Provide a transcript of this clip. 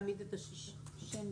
אני